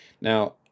Now